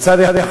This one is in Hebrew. מצד אחד,